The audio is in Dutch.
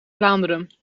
vlaanderen